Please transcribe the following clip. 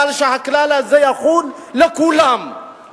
אבל שהכלל הזה יחול על כולם,